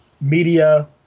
media